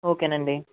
ఓకేనండి